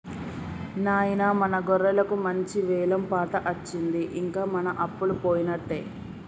నాయిన మన గొర్రెలకు మంచి వెలం పాట అచ్చింది ఇంక మన అప్పలు పోయినట్టే